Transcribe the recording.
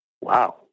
wow